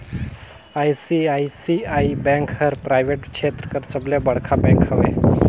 ICICI bank हर private छेत्र कर सबले बड़खा बेंक हवे